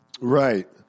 Right